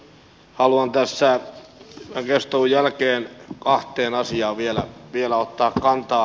haluan tässä tämän keskustelun jälkeen kahteen asiaan vielä ottaa kantaa